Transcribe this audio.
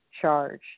charge